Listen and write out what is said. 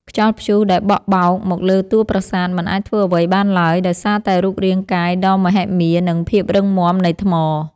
ខ្យល់ព្យុះដែលបក់បោកមកលើតួប្រាសាទមិនអាចធ្វើអ្វីបានឡើយដោយសារតែរូបរាងកាយដ៏មហិមា និង ភាពរឹងមាំនៃថ្ម។